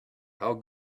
how